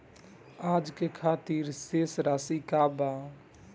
आज के खातिर शेष राशि का बा?